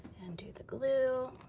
and do the glue.